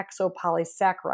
exopolysaccharide